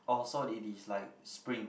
orh so it is like spring